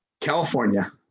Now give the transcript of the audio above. California